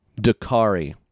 Dakari